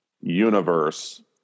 universe